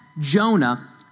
Jonah